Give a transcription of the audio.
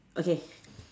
okay